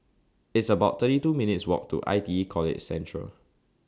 It's about thirty two minutes' Walk to I T E College Central